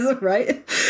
Right